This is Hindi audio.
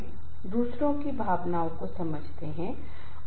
और नियम या आदर्श के अनुसार वह ड्राइव करेगा या वह 8 घंटे तक अपना काम जारी रखेगा